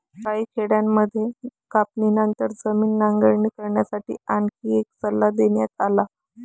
काही खेड्यांमध्ये कापणीनंतर जमीन नांगरणी करण्यासाठी आणखी एक सल्ला देण्यात आला